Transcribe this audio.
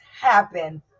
happen